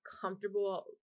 comfortable